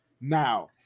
Now